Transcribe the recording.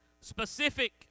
Specific